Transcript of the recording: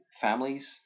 families